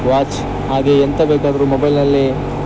watch ಹಾಗೆ ಎಂತ ಬೇಕಾದರು ಮೊಬೈಲ್ನಲ್ಲೇ